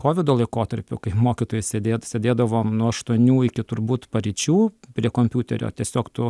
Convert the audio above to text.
kovido laikotarpiu kai mokytojai sėdėt sėdėdavom nuo aštuonių iki turbūt paryčių prie kompiuterio tiesiog tu